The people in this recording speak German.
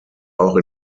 auch